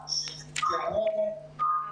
הבריאות.